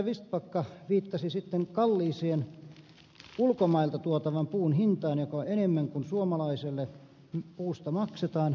vistbacka viittasi kalliiseen ulkomailta tuotavan puun hintaan joka on enemmän kuin suomalaisesta puusta maksetaan